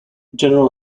general